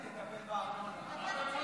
(תיקון), התשפ"ד,